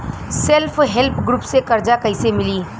Self help group से कर्जा कईसे मिली?